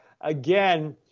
again